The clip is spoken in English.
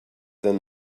than